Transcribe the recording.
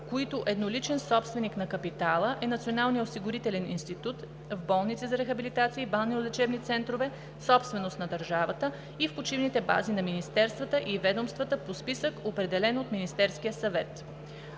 които едноличен собственик на капитала е Националният осигурителен институт, в болници за рехабилитация и балнеолечебни центрове, собственост на държавата, и в почивните бази на министерствата и ведомствата, по списък определен от Министерския съвет.